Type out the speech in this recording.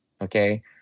Okay